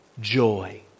joy